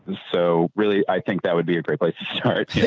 so really i think that would be a great place to start.